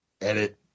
Edit